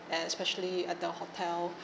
especially at the hotel